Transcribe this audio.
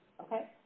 Okay